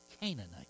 Canaanite